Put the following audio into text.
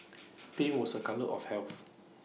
pink was A colour of health